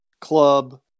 club